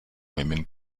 women